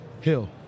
hill